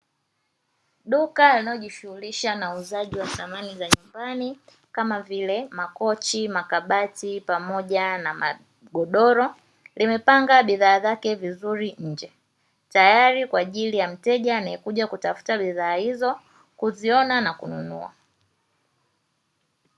Duka linalojishughulisha na uuzaji wa samani za nyumbani kama vile makochi, makabati pamoja na magodoro. Limepanga bidhaa zake vizuri nje tayari kwa ajili ya mteja anayekuja kutafuta bidhaa hizo kuziona na kununua.